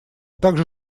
также